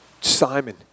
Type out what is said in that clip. Simon